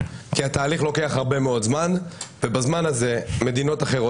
התהליך לוקח הרבה מאוד זמן ובזמן הזה מדינות אחרות,